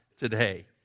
today